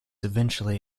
eventually